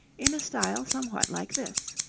in a style somewhat like this.